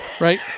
right